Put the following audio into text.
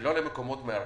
ולא למקומות מארחים.